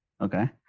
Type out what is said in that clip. Okay